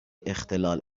اختلال